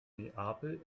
neapel